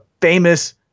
famous